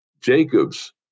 Jacob's